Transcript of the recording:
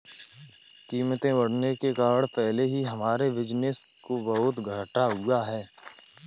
कीमतें बढ़ने के कारण पहले ही हमारे बिज़नेस को बहुत घाटा हुआ है